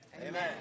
Amen